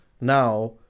now